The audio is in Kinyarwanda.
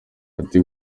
ati